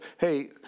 hey